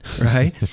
right